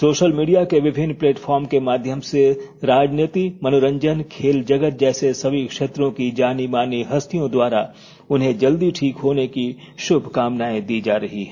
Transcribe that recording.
social media के विभिन्न platform के माध्यम से राजनीति मनोरंजन खेल जगत जैसे सभी क्षेत्रों की जानी मानी हस्तियों द्वारा उन्हें जल्दी ठीक होने की शुभकामनाएं दी जा रही हैं